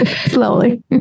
Slowly